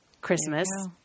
Christmas